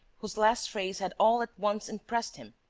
whose last phrase had all at once impressed him.